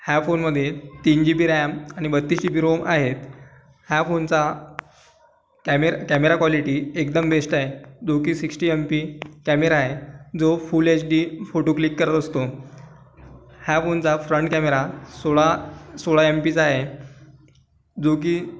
ह्या फोनमध्ये तीन जी बी रॅम आणि बत्तीस जी बी रोम आहेत ह्या फोनचा कॅमेर् कॅमेरा काॅलिटी एकदम बेस्ट आहे जो की सिक्स्टी एम पी कॅमेरा आहे जो full H D photo click करत असतो ह्या फोनचा फ्रंट कॅमेरा सोळा सोळा एम पीचा आहे जो की